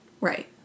Right